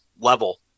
level